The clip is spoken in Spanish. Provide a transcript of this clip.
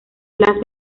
las